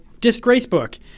Disgracebook